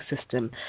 system